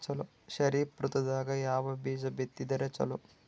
ಖರೀಫ್ ಋತದಾಗ ಯಾವ ಬೀಜ ಬಿತ್ತದರ ಚಲೋ?